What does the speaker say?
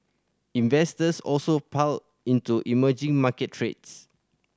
investors also piled into emerging market trades